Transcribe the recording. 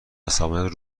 عصبانیت